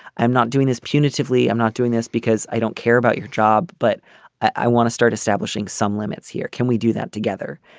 i'm not doing this punitively i'm not doing this because i don't care about your job but i want to start establishing some limits here. can we do that together.